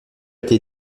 été